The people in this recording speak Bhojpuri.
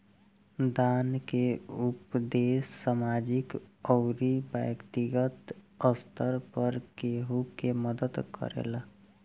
दान के उपदेस सामाजिक अउरी बैक्तिगत स्तर पर केहु के मदद करेला